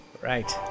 right